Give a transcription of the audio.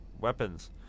weapons